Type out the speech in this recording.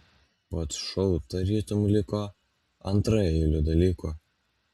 pats šou tarytum liko antraeiliu dalyku